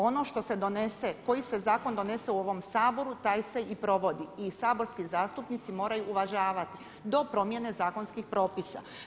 Ono što se donese koji zakon se donose u ovom Saboru taj se i provodi i saborski zastupnici moraju uvažavati do promjene zakonskih propisa.